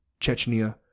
Chechnya